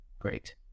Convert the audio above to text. great